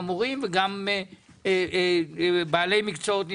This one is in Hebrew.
המורים ובעלי מקצועות נדרשים.